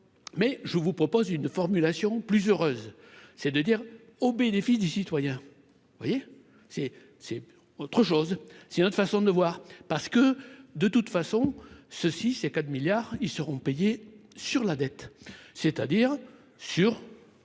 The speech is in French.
mais je vous propose une formulation plus heureuse, c'est de dire, au bénéfice des citoyens, vous voyez c'est c'est autre chose, c'est une autre façon de voir, parce que de toute façon, ceux-ci ces 4 milliards, ils seront payés sur la dette, c'est-à-dire sur.